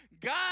God